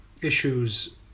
issues